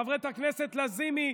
חברת הכנסת לזימי,